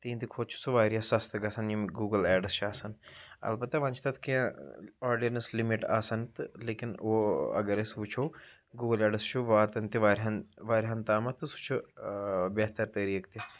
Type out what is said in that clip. تِہِنٛدِ کھۄتہٕ چھُ سُہ واریاہ سَستہٕ گژھان یِم گوٗگٕل ایٚڈٕس چھِ آسان البتہ وۄنۍ چھِ تَتھ کیٚنٛہہ آڈینٕس لِمِٹ آسان تہٕ لیکِن اگر أسۍ وٕچھو گوٗگل ایٚڈٕس چھُ واتن تہِ واریاہن واریاہن تامَتھ تہٕ سُہ چھُ بہتر طٔریٖقہٕ تہِ